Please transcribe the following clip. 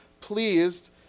Pleased